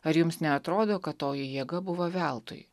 ar jums neatrodo kad toji jėga buvo veltui